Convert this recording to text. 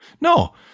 No